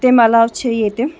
تَمہِ علاوٕ چھِ ییٚتہِ